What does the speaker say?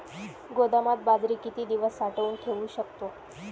गोदामात बाजरी किती दिवस साठवून ठेवू शकतो?